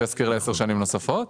שישכיר לעשר שנים נוספות.